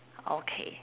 okay